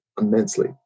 immensely